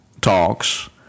talks